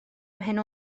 mhen